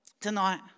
tonight